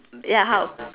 ya how